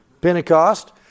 Pentecost